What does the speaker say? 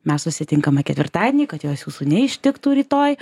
mes susitinkame ketvirtadienį kad jos jūsų neištiktų rytoj